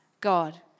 God